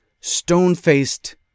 Stone-faced